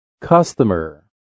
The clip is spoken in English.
Customer